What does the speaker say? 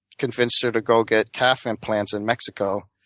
convinced her to go get calf implants in mexico,